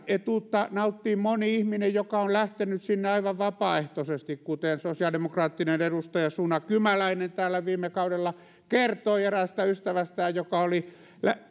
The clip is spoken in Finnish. etuutta nauttii moni ihminen joka on lähtenyt sinne aivan vapaaehtoisesti sosiaalidemokraattinen edustaja suna kymäläinen täällä viime kaudella kertoi eräästä ystävästään joka oli